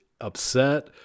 upset